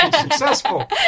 successful